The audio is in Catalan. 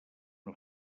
una